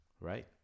right